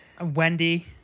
Wendy